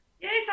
yes